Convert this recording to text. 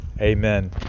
Amen